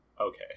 Okay